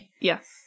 yes